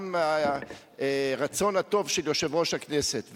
גם הרצון הטוב של יושב-ראש הכנסת,